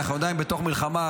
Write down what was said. אנחנו עדיין בתוך מלחמה,